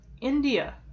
India